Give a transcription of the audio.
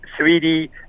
3D